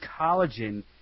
collagen